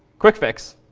quick fix.